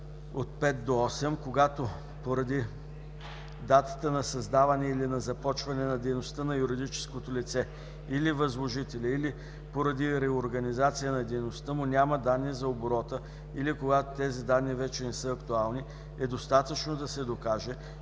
т. 5-8, когато поради датата нa създаване или на започване на дейността на юридическото лице или възложителя или поради реорганизация на дейността му няма данни за оборота или когато тези данни вече не са актуални, е достатъчно да се докаже,